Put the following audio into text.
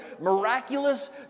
miraculous